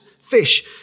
fish